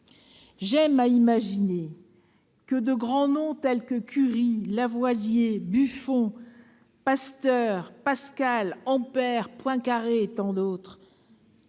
J'aime à imaginer que de grandes figures comme Curie, Lavoisier, Buffon, Pasteur, Pascal, Ampère, Poincaré et tant d'autres